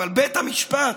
אבל בית המשפט,